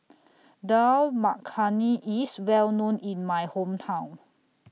Dal Makhani IS Well known in My Hometown